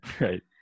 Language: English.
Right